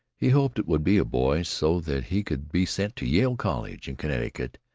he hoped it would be a boy so that he could be sent to yale college in connecticut,